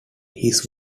his